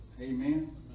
Amen